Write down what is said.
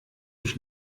ich